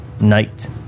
Night